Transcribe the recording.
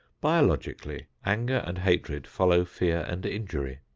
biologically, anger and hatred follow fear and injury,